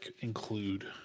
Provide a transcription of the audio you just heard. include